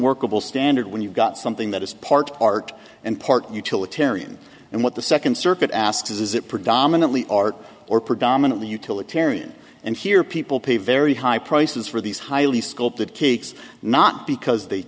workable standard when you've got something that is part art and part utilitarian and what the second circuit asks is is it predominantly art or predominantly utilitarian and here people pay very high prices for these highly sculpted cakes not because they